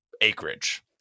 acreage